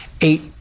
eight